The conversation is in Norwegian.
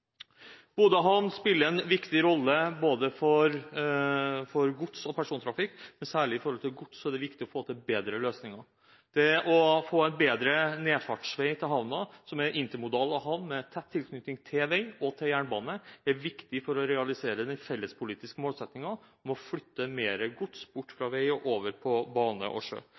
havn spiller en viktig rolle for både godstrafikk og persontrafikk, men særlig når det gjelder gods, er det viktig å få til bedre løsninger. Det å få til en bedre nedfartsvei til havnen, som er en intermodal havn med tett tilknytning til vei og jernbane, er viktig for å realisere den fellespolitiske målsettingen om å flytte mer gods bort fra vei og over på bane og sjø.